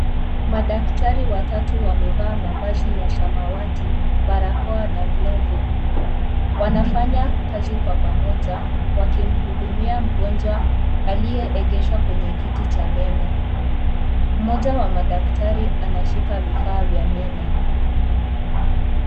Madaktari watatu wamevaa mavazi ya samawati , barakoa na glovu . Wanafanya kazi kwa pamoja wakimhudumia mgonjwa aliyeegeshwa kwenye kiti cha meno . Mmoja wa madaktari anashika vifaa vya meno.